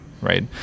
right